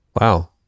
Wow